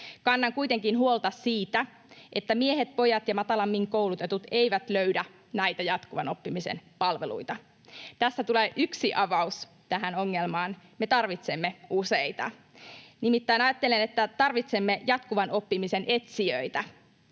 Kannan kuitenkin huolta siitä, että miehet, pojat ja matalammin koulutetut eivät löydä näitä jatkuvan oppimisen palveluita. Me tarvitsemme useita avauksia, ja tässä tulee yksi avaus tähän ongelmaan: nimittäin ajattelen, että tarvitsemme jatkuvan oppimisen etsijöitä.